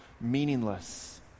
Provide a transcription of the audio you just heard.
meaningless